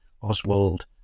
Oswald